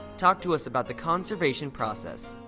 talk to us about the conservation process.